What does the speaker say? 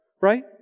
right